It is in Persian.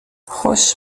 خوش